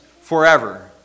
forever